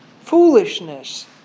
foolishness